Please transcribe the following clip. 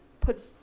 put